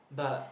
but